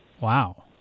Wow